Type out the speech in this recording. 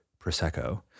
Prosecco